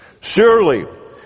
Surely